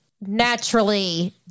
naturally